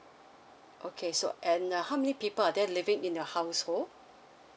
okay so and how many people are there living in your household